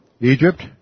Egypt